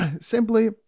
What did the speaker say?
Simply